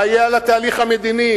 מה יהיה על התהליך המדיני?